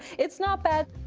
it's not bad.